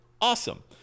Awesome